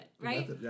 right